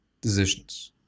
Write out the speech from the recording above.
decisions